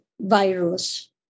virus